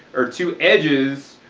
or two edges,